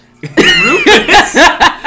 Rufus